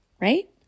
right